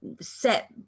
set